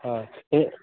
ହଁ